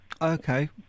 Okay